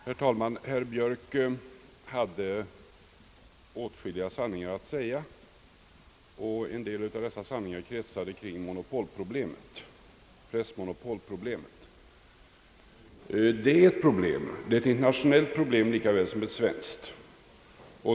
Herr talman! Herr Björk hade åtskilliga sanningar att säga, och en del av dessa sanningar kretsade kring pressmonopolproblemet. Detta är ett stort problem — internationellt lika väl som svenskt.